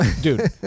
dude